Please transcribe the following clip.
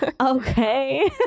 okay